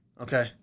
Okay